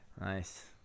Nice